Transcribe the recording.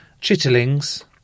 chitterlings